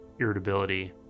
irritability